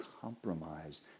compromise